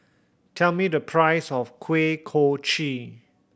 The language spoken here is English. tell me the price of Kuih Kochi